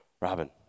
Robin